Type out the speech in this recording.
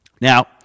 Now